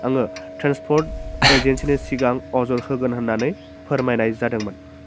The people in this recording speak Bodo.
आङो ट्रेन्सपर्ट एजेन्सिनो सिगां अजद होगोन होननानै फोरमायनाय जादोंमोन